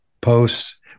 posts